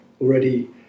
already